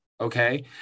okay